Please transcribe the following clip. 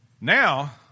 Now